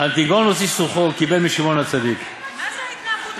"אנטיגנוס איש סוכו קיבל משמעון הצדיק" מה זה ההתנהגות הזאת?